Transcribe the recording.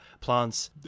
plants